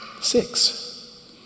six